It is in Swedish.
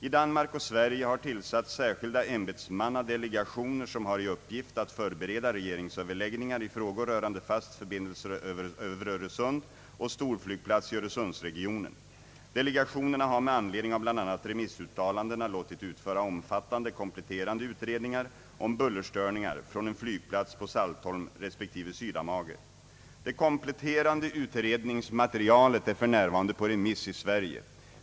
I Danmark och Sverige har tillsatts särskilda ämbetsmannadelegationer, som har till uppgift att förbereda regeringsöverläggningar i frågor rörande fast förbindelse över Öresund och stor flygplats i Öresundsregionen. Delegationerna har med anledning av bl.a. remissuttalandena låtit utföra omfattande kompletterande utredningar om bullerstörningar från en flygplats på Saltholm respektive Sydamager. Det kompletterande utredningsmaterialet är för närvarande på remiss i Sverige.